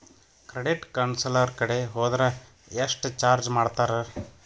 Credit counsellor ಕಡೆ ಹೊದ್ರ ಯೆಷ್ಟ್ ಚಾರ್ಜ್ ಮಾಡ್ತಾರ?